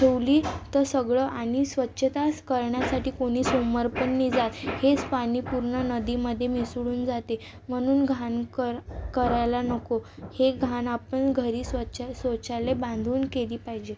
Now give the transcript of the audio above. ठेवली तर सगळं आणि स्वच्छताच करण्यासाठी कोणी सोमवार पण नाही जात हेच पाणी पूर्ण नदीमध्ये मिसळून जाते म्हणून घाण कर करायला नको ही घाण आपण घरी स्वच्छ शौचालय बांधून केली पाहिजे